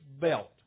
belt